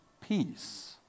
peace